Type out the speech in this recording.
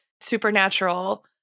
supernatural